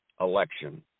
election